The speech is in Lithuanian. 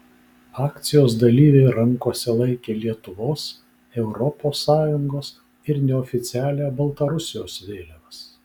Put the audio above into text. akcijos dalyviai rankose laikė lietuvos europos sąjungos ir neoficialią baltarusijos vėliavas